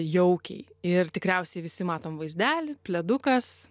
jaukiai ir tikriausiai visi matom vaizdelį pledukas